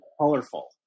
colorful